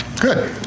Good